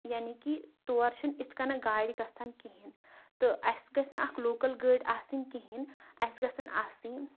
یعنی کہِ تور چھِنہٕ اِتھ کَنٮ۪تھ گاڑِ گژھن کِہیٖنۍ تہٕ اَسہِ گژھِ نہٕ اَکھ لوکَل گٲڑۍ آسٕنۍ کِہیٖنۍ اَسہِ گژھن آسٕنۍ